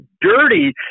dirty